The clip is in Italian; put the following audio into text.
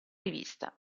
rivista